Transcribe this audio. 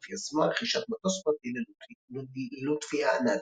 אף יזמה רכישת מטוס פרטי ללוטפיה א-נאדי.